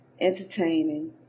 entertaining